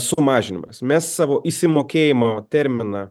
sumažinimas mes savo išsimokėjimo terminą